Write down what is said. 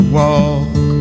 walk